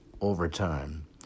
overtime